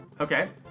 Okay